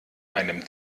einem